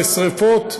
לשרפות,